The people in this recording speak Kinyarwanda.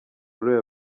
ruriya